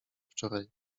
wczoraj